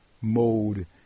mode